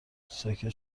ساکت